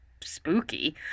spooky